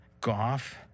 Goff